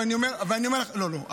ואני אומר לך, אני לא מסכימה, לא, לא.